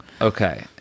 okay